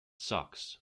socks